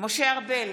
משה ארבל,